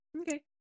Okay